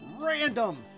random